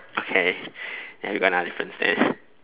okay then we got another difference there